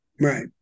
right